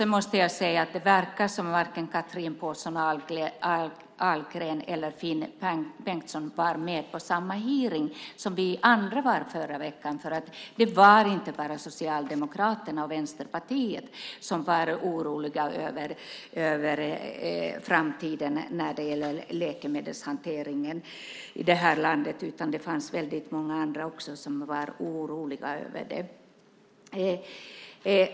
Jag måste säga att det verkar som att varken Chatrine Pålsson Ahlgren eller Finn Bengtsson var med på samma hearing som vi andra förra veckan. Det var inte bara Socialdemokraterna och Vänsterpartiet som var oroliga över framtiden när det gäller läkemedelshanteringen i landet. Det fanns väldigt många andra som också var oroliga över den.